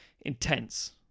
intense